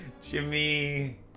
Jimmy